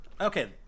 Okay